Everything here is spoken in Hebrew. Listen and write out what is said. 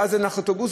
ואז אין לך אוטובוסים,